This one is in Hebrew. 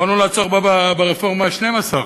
יכולנו לעצור ברפורמה ה-12,